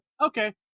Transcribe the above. okay